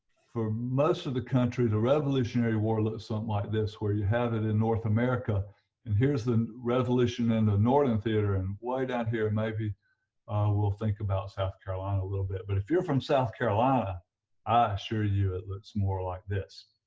for most of the country the revolutionary war looks something um like this, where you have it in north america and here's the revolution in and the northern theater and way down here maybe we'll think about south carolina a little bit but if you're from south carolina i assure you it looks more like this